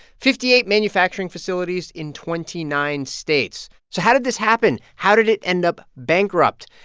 fifty eight manufacturing facilities in twenty nine states. so how did this happen? how did it end up bankrupt?